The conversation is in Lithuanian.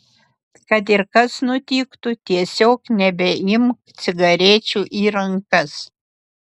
kad ir kas nutiktų tiesiog nebeimk cigarečių į rankas